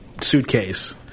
suitcase